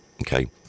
Okay